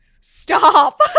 Stop